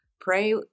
pray